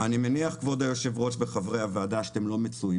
אני מניח כבוד היושב ראש וחברי הוועדה שאתם לא מצויים